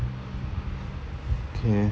okay